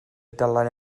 dylan